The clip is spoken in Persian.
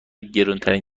گرونترین